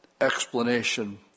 explanation